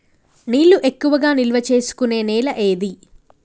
నీళ్లు ఎక్కువగా నిల్వ చేసుకునే నేల ఏది?